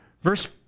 Verse